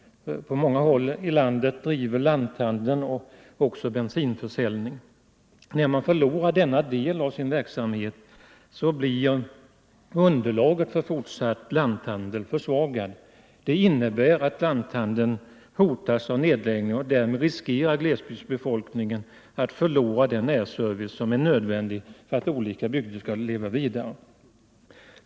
På många håll i landet bedriver lanthandlarna också bensinförsäljning. När de förlorar denna del av sin verksamhet blir underlaget för fortsatt lanthandel försvagat. Det innebär att lanthandeln hotas av nedläggning, och därmed riskerar glesbygdsbefolkningen att förlora den närservice som är nödvändig för att olika byggder skall kunna leva vidare.